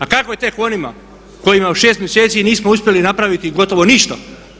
A kako je tek onima kojima u 6 mjeseci nismo uspjeli napraviti gotovo ništa?